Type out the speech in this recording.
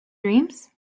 dreams